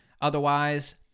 Otherwise